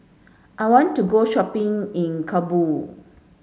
I want to go shopping in Kabul